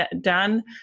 done